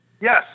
Yes